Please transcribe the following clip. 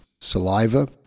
Saliva